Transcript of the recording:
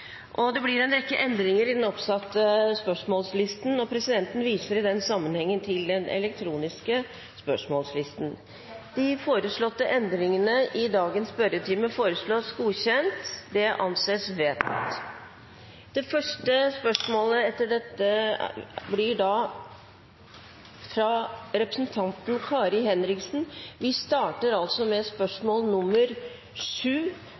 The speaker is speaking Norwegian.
og utfordret organisasjonen for å håndtere dette. Så det virkelighetsbildet representanten Henriksen kommer med, er direkte feil. Da er den muntlige spørretimen over. Det blir en rekke endringer i den oppsatte spørsmålslisten, og presidenten viser i den sammenheng til den elektroniske spørsmålslisten. De foreslåtte endringene i dagens spørretime foreslås godkjent. – Det anses vedtatt. Endringene var som følger: Spørsmål